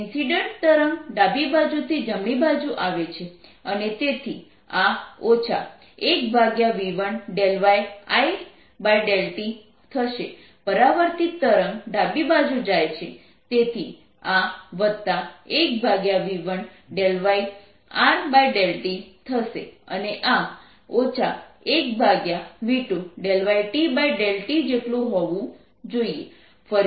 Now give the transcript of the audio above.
incident તરંગ ડાબી બાજુથી જમણી બાજુ આવે છે અને તેથી આ 1v1y1∂t થશે પરાવર્તિત તરંગ ડાબી બાજુ જાય છે તેથી આ 1v1yR∂t થશે અને આ 1v2yT∂t જેટલું હોવું જોઈએ